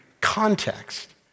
context